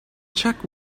check